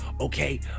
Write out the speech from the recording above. okay